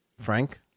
Frank